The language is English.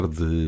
de